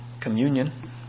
communion